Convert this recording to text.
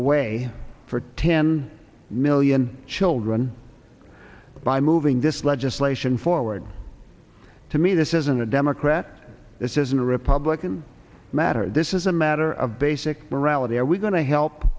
away for ten million children by moving this legislation forward to me this isn't a democrat this isn't a republican matter this is a matter of basic morality are we going to help